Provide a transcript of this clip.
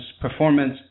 performance